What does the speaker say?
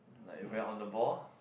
like you very on the ball